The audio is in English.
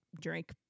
drink